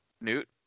Newt